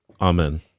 Amen